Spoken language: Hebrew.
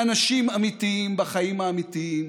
לאנשים האמיתיים בחיים האמיתיים